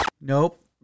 Nope